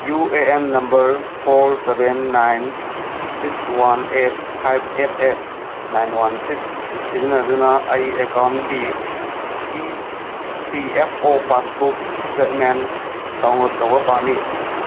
ꯎ A N number four seven nine six one eight five eight eight nine one six ꯁꯤꯖꯤꯟꯅꯗꯨꯅ ꯑꯩ ꯑꯦꯛꯀꯥꯎꯟꯀꯤ E P F O passbook statement download ꯇꯧꯕ ꯄꯥꯝꯃꯤ